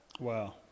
Wow